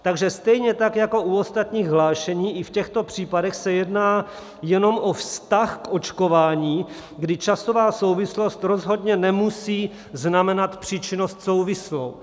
Takže stejně tak jako u ostatních hlášení, i v těchto případech se jedná jenom o vztah k očkování, kdy časová souvislost rozhodně nemusí znamenat příčinnost souvislou.